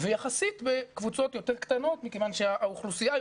ויחסית בקבוצות יותר קטנות מכיוון שהאוכלוסייה היא